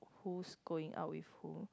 who's going out with whom